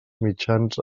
mitjans